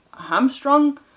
hamstrung